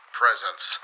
presence